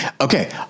okay